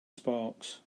sparks